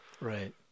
Right